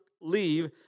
leave